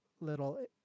little